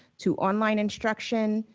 to online instruction,